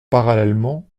parallèlement